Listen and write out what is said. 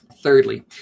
Thirdly